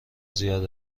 زیاد